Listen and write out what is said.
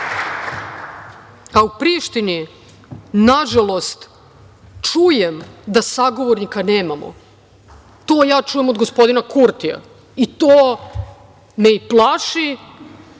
a u Prištini, nažalost, čujem da sagovornika nemamo. To ja čujem od gospodina Kurtija, i to me i plaši